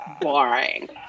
boring